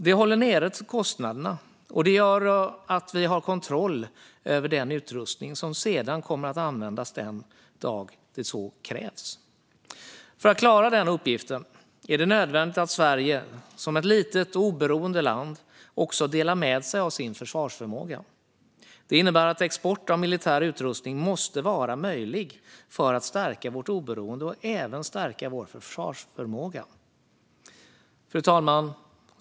Det håller ned kostnaderna, och det gör att vi har kontroll över den utrustning som sedan kommer att användas den dag det så krävs. För att klara den uppgiften är det nödvändigt att Sverige som ett litet och oberoende land också delar med sig av sin försvarsförmåga. Det innebär att export av militär utrustning måste vara möjlig för att stärka vårt oberoende och även stärka vår försvarsförmåga. Fru talman!